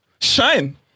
Shine